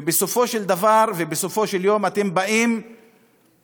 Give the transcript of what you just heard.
ובסופו של דבר, ובסופו של יום, אתם באים ובוכים,